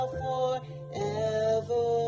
forever